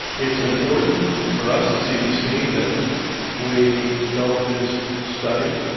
it's important for us at cdc that we don't just study